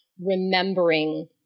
remembering